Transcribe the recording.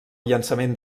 llançament